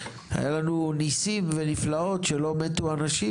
היו לנו ניסים ונפלאות שלא מתו אנשים.